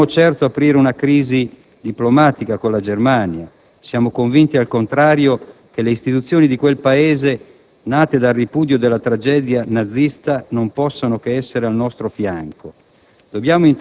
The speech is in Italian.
Non vogliamo certo aprire una crisi diplomatica con la Germania. Siamo convinti, al contrario, che le istituzioni di quel Paese, nate dal ripudio della tragedia nazista, non possano che essere al nostro fianco.